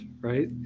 right